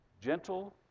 Gentle